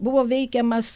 buvo veikiamas